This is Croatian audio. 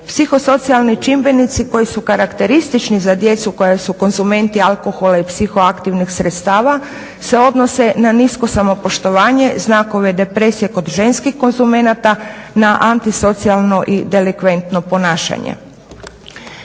Psihosocijalni čimbenici koji su karakteristični za djecu koja su konzumenti alkohola i psihoaktivnih sredstava se odnose na nisko samopoštovanje, znakove depresije kod ženskih konzumenata na antisocijalno i delikventno ponašanje.